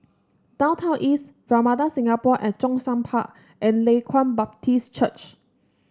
Downtown East Ramada Singapore at Zhongshan Park and Leng Kwang Baptist Church